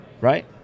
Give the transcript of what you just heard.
Right